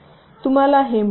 तर तुम्हाला हे मिळेल